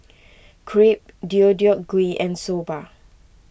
Crepe Deodeok Gui and Soba